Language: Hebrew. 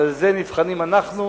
על זה נבחנים אנחנו,